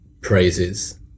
praises